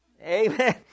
Amen